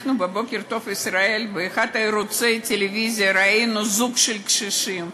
אנחנו ב"בוקר טוב ישראל" ובאחד מערוצי הטלוויזיה ראינו זוג קשישים,